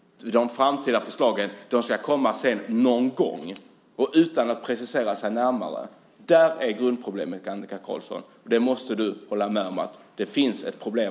De framtida förslagen ska komma någon gång senare, utan att detta preciseras närmare. Här ligger grundproblemet, Annika Qarlsson, och du måste hålla med om att det finns ett problem.